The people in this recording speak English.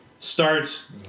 Starts